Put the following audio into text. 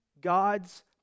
God's